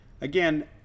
again